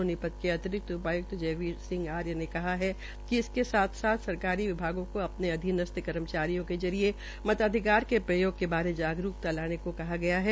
सोनीपत के अतिरिक्त उपाय्क्त जयवीर सिंह आर्य ने कहा कि इसके साथ साथ सरकारी विभागों को अपने अधीनस्थ कर्मचारियों के जरिये मताधिकार के प्रयोग के बारे जागरूक लाने को कहा गया था